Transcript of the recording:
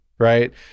Right